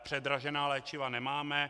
Předražená léčiva nemáme.